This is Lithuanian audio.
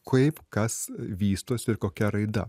kaip kas vystosi ir kokia raida